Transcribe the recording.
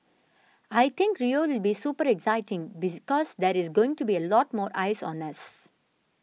I think Rio will be super exciting because there is going to be a lot more eyes on us